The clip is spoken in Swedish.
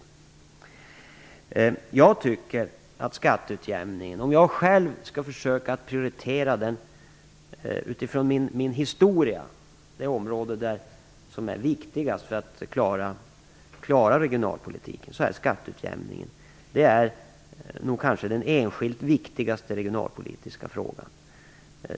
Om jag själv, utifrån min historia, skall försöka att prioritera det område som är viktigast för att klara regionalpolitiken är skatteutjämningen kanske den enskilt viktigaste regionalpolitiska frågan.